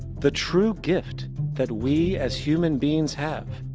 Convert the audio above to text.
the true gift that we as human beings have,